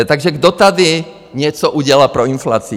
Takže kdo tady něco udělal pro inflaci?